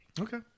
Okay